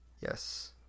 Yes